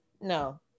No